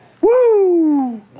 woo